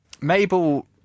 Mabel